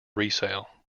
resale